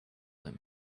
him